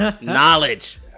knowledge